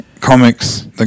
comics